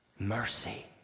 Mercy